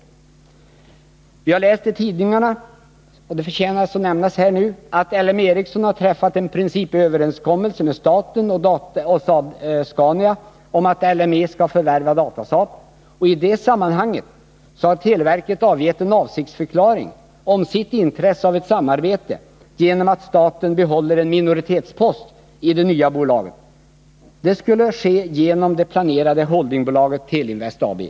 Det har stått att läsa i tidningarna — men det förtjänar ändå att nämnas här — att LM Ericsson har träffat en principöverenskommelse med staten och Saab-Scania om att L M Ericsson skall förvärva Datasaab. I det sammanhanget har televerket avgett en avsiktsförklaring beträffande sitt intresse för samarbete. Man föreslår att staten behåller en minoritetspost i det nya bolaget. Det skulle ske genom inrättandet av det planerade holdingbolaget Teleinvest AB.